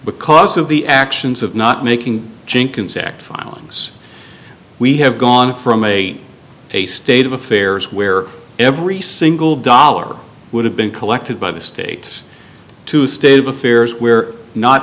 because of the actions of not making jenkins sacked filings we have gone from a in a state of affairs where every single dollar would have been collected by the state to state of affairs where not